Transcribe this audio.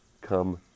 come